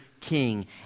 king